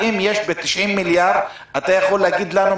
האם אתה יכול להגיד לנו,